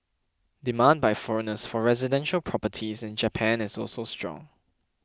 demand by foreigners for residential properties in Japan is also strong